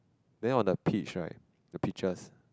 then on the peach right the peaches